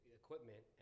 equipment